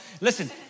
Listen